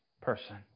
person